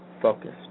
focused